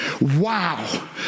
Wow